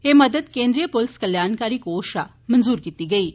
एह् मदद केंद्रीय पुलस कल्याणकारी कोष शा मंजूर कीती गेई ऐ